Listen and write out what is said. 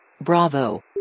Bravo